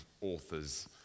author's